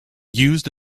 used